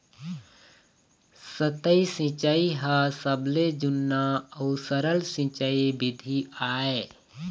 सतही सिंचई ह सबले जुन्ना अउ सरल सिंचई बिधि आय